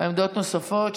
עמדות נוספות,